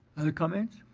other comments?